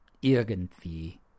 irgendwie